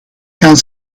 gaan